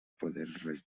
poder